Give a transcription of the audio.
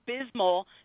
abysmal